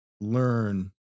learn